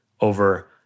over